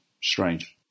Strange